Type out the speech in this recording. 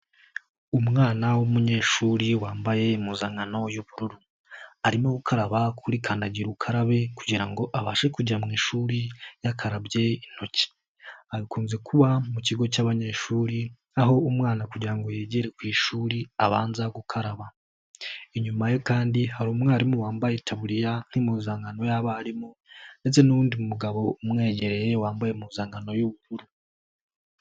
Umwana w'umunyeshuri wambaye impuzankano y'ubururu, arimo gukaraba kuri kandagira ukarabe kugira ngo abashe kujya mu ishuri yakarabye intoki. Hakunze kuba mu kigo cy'abanyeshuri aho umwana kugira ngo yigere ku ishuri, abanza gukaraba. Inyuma ye kandi hari umwarimu wambaye taburiya nk'impuzankano y'abarimu ndetse n'undi mugabo umwegereye wambaye impuzankano y'ubururu.